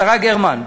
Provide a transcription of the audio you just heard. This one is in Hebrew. השרה גרמן,